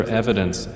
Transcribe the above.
evidence